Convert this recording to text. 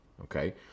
okay